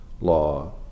law